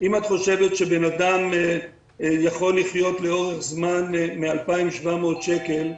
אם את חושבת שבן אדם יכול לחיות לאורך זמן מ-2,700 שקלים,